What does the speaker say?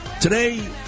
Today